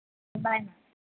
bye ma'am